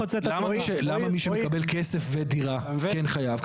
למה מי שמקבל כסף ודירה כן חייב?